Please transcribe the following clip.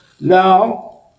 Now